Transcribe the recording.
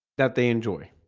that they enjoy